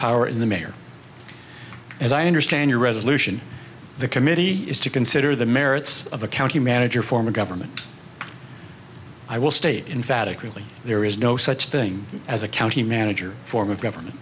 power in the mayor as i understand your resolution the committee is to consider the merits of a county manager form of government i will state in phatic really there is no such thing as a county manager form of government